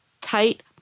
tight